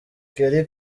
kelly